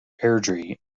airdrie